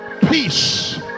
peace